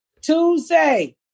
Tuesday